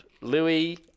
Louis